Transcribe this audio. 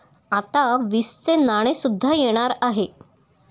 आता वीसचे नाणे सुद्धा येणार आहे